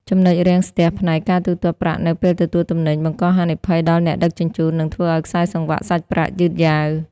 ចំណុចរាំងស្ទះផ្នែក "ការទូទាត់ប្រាក់នៅពេលទទួលទំនិញ"បង្កហានិភ័យដល់អ្នកដឹកជញ្ជូន និងធ្វើឱ្យខ្សែសង្វាក់សាច់ប្រាក់យឺតយ៉ាវ។